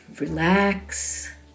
relax